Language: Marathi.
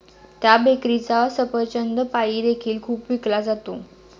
त्या बेकरीचा सफरचंद पाई देखील खूप विकला जातो